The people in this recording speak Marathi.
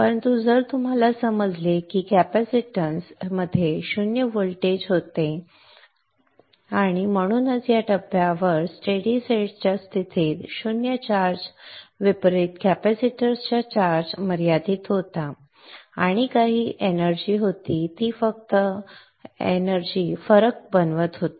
परंतु जर आपल्याला समजले की कॅपॅसिटन्स मध्ये शून्य व्होल्टेज होते आणि म्हणूनच या टप्प्यावर स्थिर स्थिती च्या स्थितीत शून्य चार्ज विपरीत कॅपेसिटरचा चार्ज मर्यादित होता आणि काही ऊर्जा होती ती फक्त फरक ऊर्जा बनवत होती